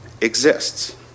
Exists